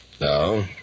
No